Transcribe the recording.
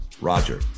Roger